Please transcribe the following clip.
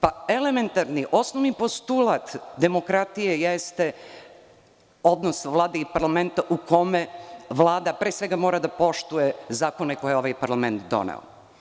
Pa, elementarni, osnovni postulat demokratije jeste odnos vlade i parlamenta u kome vlada pre svega mora da poštuje zakone koje je parlament doneo.